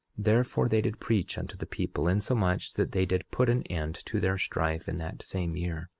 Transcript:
therefore they did preach unto the people, insomuch that they did put an end to their strife in that same year.